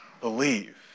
believe